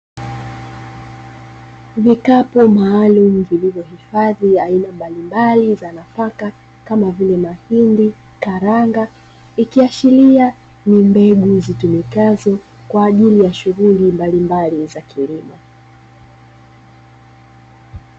Vikapu maalumu vilivyohifadhi aina mbalimbali za nafaka kama vile; mahindi, karanga, ikiashiria ni mbegu zitumikazo kwa ajili ya shughuli mbalimbali za kilimo.